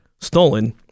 stolen